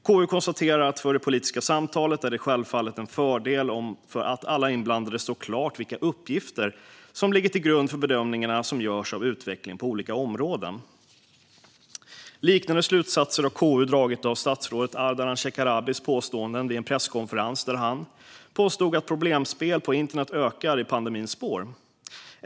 KU konstaterar att det för det politiska samtalet självfallet är en fördel om det står klart för alla inblandade vilka uppgifter som ligger till grund för bedömningarna som görs av utvecklingen på olika områden. Liknande slutsatser har KU dragit av statsrådet Ardalan Shekarabis påståenden vid en presskonferens där han sa att problemspel på internet ökade i pandemins spår.